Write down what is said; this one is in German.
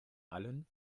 allen